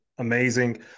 amazing